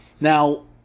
Now